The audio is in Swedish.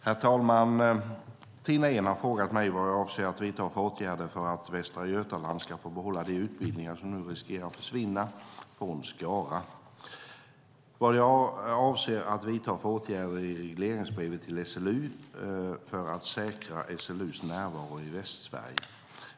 Herr talman! Tina Ehn har frågat mig vad jag avser att vidta för åtgärder för att Västra Götaland ska få behålla de utbildningar som nu riskerar att försvinna från Skara, och vad jag avser att vidta för åtgärder i regleringsbrevet till SLU för att säkra SLU:s närvaro i Västsverige.